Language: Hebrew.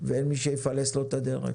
ואין מי שיפלס לו את הדרך